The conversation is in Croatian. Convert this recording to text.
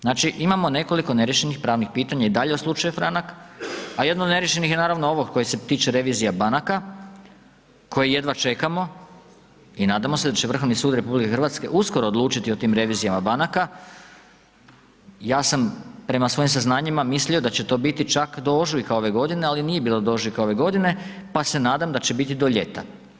Znači imamo nekoliko neriješenih pravnih pitanja i dalje u slučaju Franak a jedno od neriješenih je naravno koje se tiče revizija banaka koje jedva čekamo i nadam se da će Vrhovni sud RH uskoro odlučiti o tim revizijama banaka, ja sam prema svojim saznanjima mislio da će to biti čak do ožujka ove godine ali nije bilo do ožujka ove godine pa se nadam da će biti do ljeta.